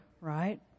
right